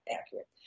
accurate